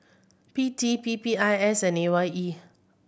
P T P P I S and A Y E